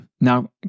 Now